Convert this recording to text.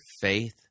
faith